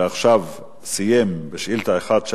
ועכשיו סיים את שאילתא מס'